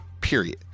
period